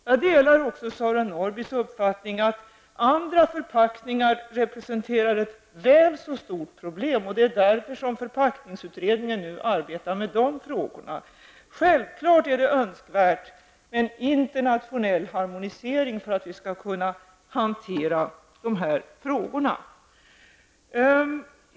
Jag delar Sören Norrbys uppfattning att andra förpackningar representerar ett väl så stort problem. Det är därför förpackningsutredningen nu arbetar med de frågorna. Självfallet är det önskvärt med en internationell harmonisering för att göra det möjligt för oss att hantera dessa frågor.